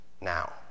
Now